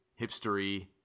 hipstery